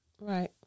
Right